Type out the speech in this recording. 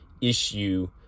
issue